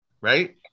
right